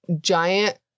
giant